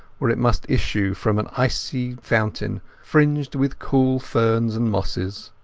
where it must issue from an icy fountain fringed with cool ferns and mosses.